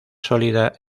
sólida